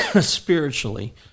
spiritually